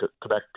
Quebec